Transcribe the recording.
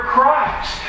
Christ